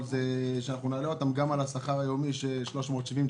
גם על השכר היומי של 370 שקל,